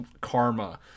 karma